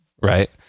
right